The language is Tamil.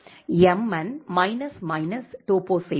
என் மைனஸ் மைனஸ் டோபோ செய்வோம்